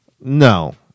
No